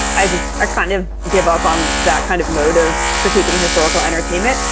and i just ah kind of give up on that kind of motive critiquing historical entertainment.